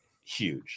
Huge